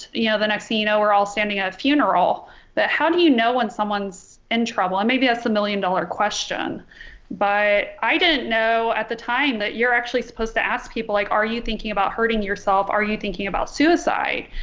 you know the next thing you know we're all standing at a funeral but how do you know when someone's in trouble and maybe that's the million dollar question but i didn't know at the time that you're actually supposed to ask people like are you thinking about hurting yourself are you thinking about suicide.